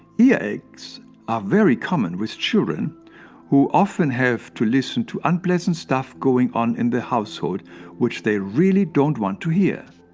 yeah aches are very common with children who often have to listen to unpleasant stuff going on in the household which they really don't want to hear.